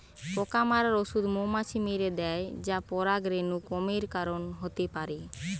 পোকা মারার ঔষধ মৌমাছি মেরে দ্যায় যা পরাগরেণু কমের কারণ হতে পারে